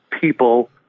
people